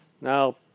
Now